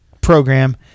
program